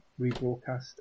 rebroadcast